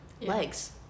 legs